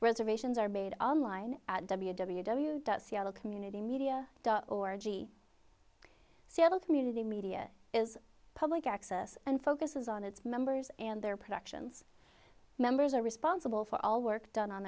reservations are made online at w w w seattle community media dot org seattle community media is public access and focuses on its members and their productions members are responsible for all work done on